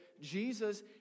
Jesus